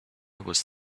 was